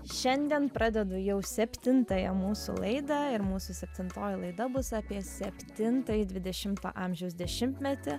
šiandien pradedu jau septintąją mūsų laidą ir mūsų septintoji laida bus apie septintąjį dvidešimto amžiaus dešimtmetį